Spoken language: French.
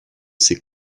ces